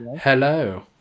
Hello